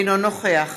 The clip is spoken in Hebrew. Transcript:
אינו נוכח